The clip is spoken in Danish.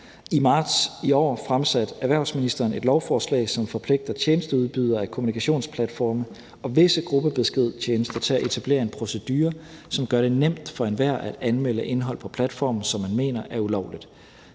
I marts i år fremsatte erhvervsministeren et lovforslag, som forpligter tjenesteudbydere af kommunikationsplatforme og visse gruppebeskedtjenester til at etablere en procedure, som gør det nemt for enhver at anmelde indhold på platforme, som man mener er ulovligt.